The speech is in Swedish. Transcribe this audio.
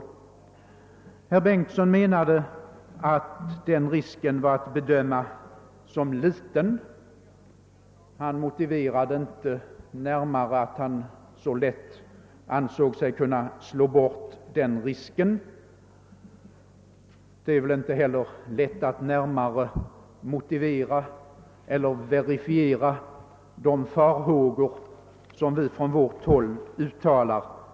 Herr Bengtsson i Landskrona ansåg alt man kunde bedöma risken som liten. Han motiverade inte närmare att han ansåg sig så lätt kunna slå bort farhågorna. Det är väl heller inte så lätt att närmare motivera eller verifiera de farhågor som vi från vårt håll uttalat.